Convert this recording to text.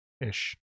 ish